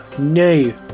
Nay